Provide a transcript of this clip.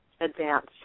advance